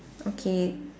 okay